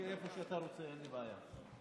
איפה שאתה רוצה, אין לי בעיה.